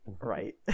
Right